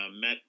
met